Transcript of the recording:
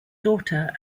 daughter